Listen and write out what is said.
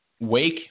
Wake –